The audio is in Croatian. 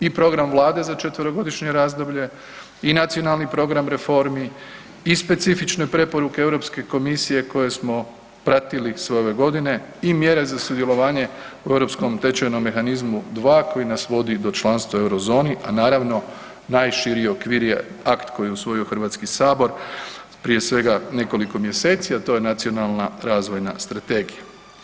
I program Vlade za četverogodišnje razdoblje i Nacionalni program reformi i specifične preporuke Europske komisije koje smo pratili sve ove godine i mjere za sudjelovanje u ERM II koji na vodi do članstva u Euro zoni a naravno, najširi okvir je akt koji je usvojio Hrvatski sabor prije svega nekoliko mjeseci, a to je Nacionalna razvoja strategija.